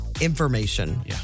information